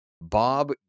Bob